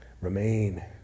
remain